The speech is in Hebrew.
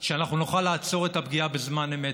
שאנחנו נוכל לעצור את הפגיעה בזמן אמת.